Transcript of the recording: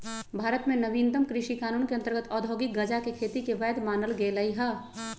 भारत में नवीनतम कृषि कानून के अंतर्गत औद्योगिक गजाके खेती के वैध मानल गेलइ ह